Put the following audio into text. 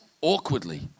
awkwardly